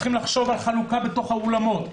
צריך לחשוב על חלוקה בתוך האולמות.